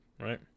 right